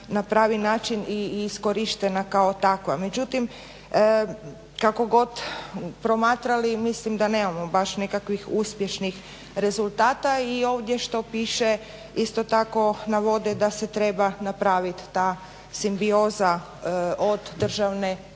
na pravi način i iskorištena kao takva. Međutim, kako god promatrali mislim da nemamo baš nekakvih uspješnih rezultata i ovdje što piše isto tako navode da se treba napravit ta simbioza od državnih